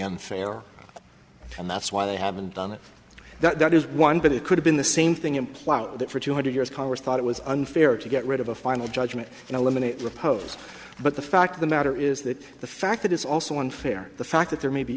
unfair and that's why they haven't done it that is one but it could have been the same thing implying that for two hundred years congress thought it was unfair to get rid of a final judgment and eliminate repos but the fact of the matter is that the fact that it's also unfair the fact that there may be